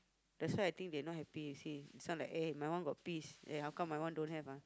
that's why I think they not happy you see this one like eh my one got peas eh how come my one don't have ah